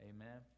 Amen